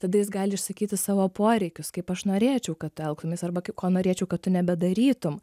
tada jis gali išsakyti savo poreikius kaip aš norėčiau kad tu elgtumeis arba ko norėčiau kad tu nebedarytum